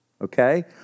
okay